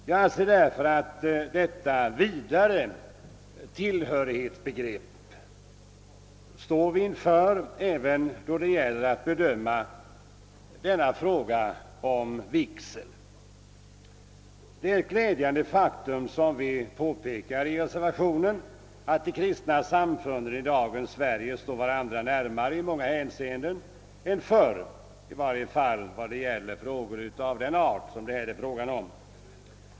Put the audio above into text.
Jag anser därför att vi bör tillämpa denna vidare syn på tillhörigheten även när det gäller att bedöma frågan om vigsel. Det är ett glädjande faktum, som vi påpekar i reservationen, att de kristna samfunden i dagens Sverige står varandra närmare än förr i många hänseenden, i varje fall när det gäller frågor av den art det nu är fråga om.